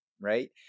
Right